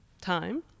time